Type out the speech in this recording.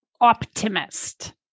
optimist